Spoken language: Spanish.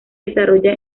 desarrolla